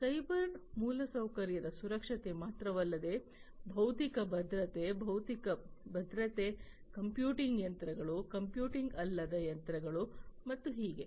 cyber ಮೂಲಸೌಕರ್ಯದ ಸುರಕ್ಷತೆ ಮಾತ್ರವಲ್ಲದೆ ಭೌತಿಕ ಭದ್ರತೆ ಭೌತಿಕ ಭದ್ರತೆ ಕಂಪ್ಯೂಟಿಂಗ್ ಯಂತ್ರಗಳು ಕಂಪ್ಯೂಟಿಂಗ್ ಅಲ್ಲದ ಯಂತ್ರಗಳು ಮತ್ತು ಹೀಗೆ